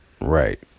Right